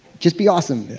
just be awesome.